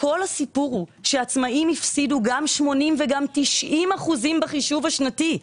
כל הסיפור הוא שהעצמאים הפסידו גם 80% וגם 90% בחישוב השנתי.